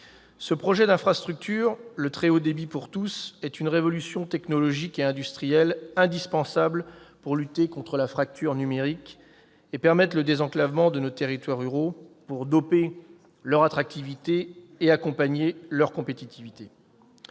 Ce projet d'infrastructure- le très haut débit pour tous -est une révolution technologique et industrielle indispensable pour lutter contre la fracture numérique et permettre le désenclavement de nos territoires ruraux, pour doper leur attractivité et accompagner leur compétitivité.